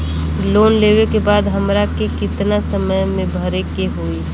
Loan लेवे के बाद हमरा के कितना समय मे भरे के होई?